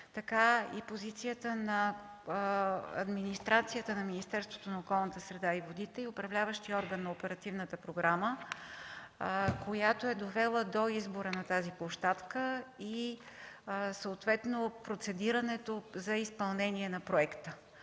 така и позицията на администрацията на Министерството на околната среда и водите и Управляващия орган на Оперативната програма, която е довела до избора на тази площадка и съответно процедирането за изпълнение на проекта.